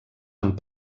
amb